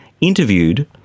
interviewed